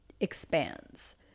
expands